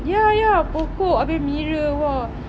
ya ya pokok abeh mirror !wah!